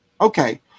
Okay